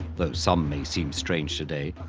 though some may seem strange today,